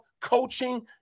coaching